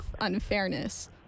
unfairness